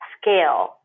scale